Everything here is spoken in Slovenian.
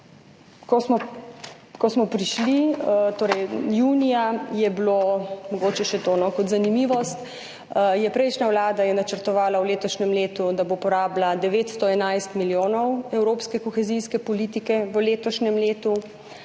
Ko smo prišli, torej junija, je – mogoče še to kot zanimivost – prejšnja vlada načrtovala v letošnjem letu, da bo porabila 911 milijonov evropske kohezijske politike, v letošnjem letu